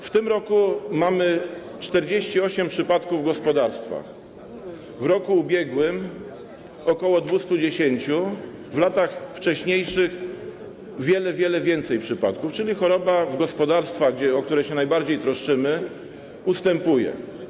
W tym roku mamy 48 przypadków gospodarstw, w roku ubiegłym ok. 210, w latach wcześniejszych wiele, wiele więcej przypadków, czyli choroba w gospodarstwach, o które się najbardziej troszczymy, ustępuje.